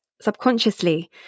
subconsciously